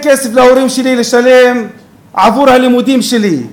להורים שלי כסף לשלם עבור הלימודים שלי.